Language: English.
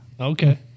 Okay